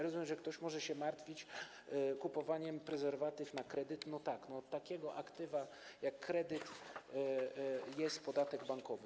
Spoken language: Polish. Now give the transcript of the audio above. Rozumiem, że ktoś może się martwić kupowaniem prezerwatyw na kredyt, ale od takiego aktywa jak kredyt jest podatek bankowy.